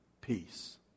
peace